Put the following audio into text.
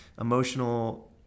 emotional